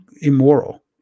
immoral